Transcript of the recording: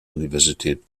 universität